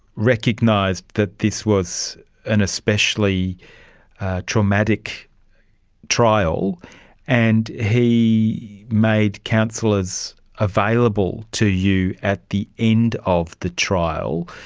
recognised that this was an especially traumatic trial and he made counsellors available to you at the end of the trial.